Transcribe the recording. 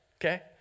Okay